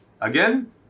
Again